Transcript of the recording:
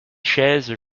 chaises